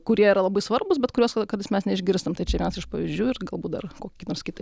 kurie yra labai svarbūs bet kuriuos kartais mes neišgirstam tai čia vienas iš pavyzdžių ir galbūt dar kokį nors kitai